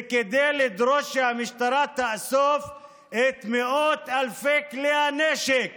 וכדי לדרוש שהמשטרה תאסוף את מאות אלפי כלי הנשק